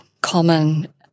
common